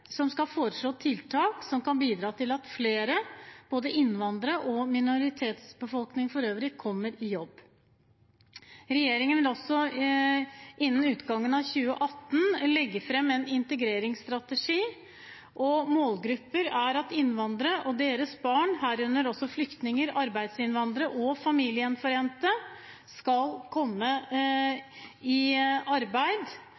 som skal foreslå tiltak som kan bidra til at flere av både innvandrerne og minoritetsbefolkningen for øvrig kommer seg i jobb. Regjeringen vil også innen utgangen av 2018 legge fram en integreringsstrategi. Målet er at innvandrere og deres barn, herunder også flyktninger, arbeidsinnvandrere og familiegjenforente, skal komme